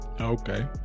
Okay